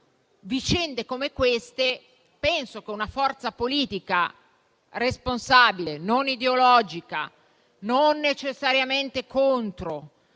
vicende come queste, una forza politica responsabile, non ideologica e non necessariamente contro